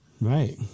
Right